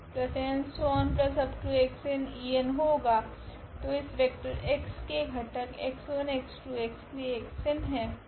तो इस vector x के घटक x1 x2 x3 xn है